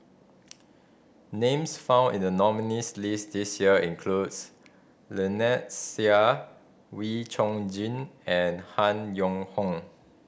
names found in the nominees' list this year includes Lynnette Seah Wee Chong Jin and Han Yong Hong